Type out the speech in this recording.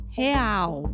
real